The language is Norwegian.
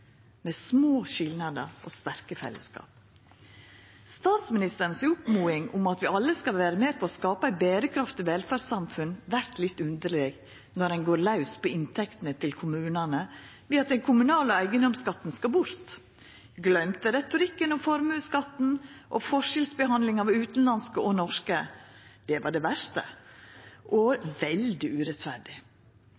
med små skilnader og sterke fellesskap. Oppmodinga frå statsministeren om at vi alle skal vera med på å skapa eit berekraftig velferdssamfunn, vert litt underleg når ein går laus på inntektene til kommunane ved at den kommunale eigedomsskatten skal bort. Gløymt er retorikken om formuesskatten og forskjellsbehandlinga av utanlandske og norske – det var det verste, og